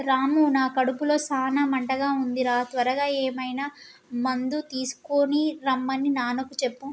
రాము నా కడుపులో సాన మంటగా ఉంది రా త్వరగా ఏమైనా మందు తీసుకొనిరమన్ని నాన్నకు చెప్పు